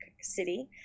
city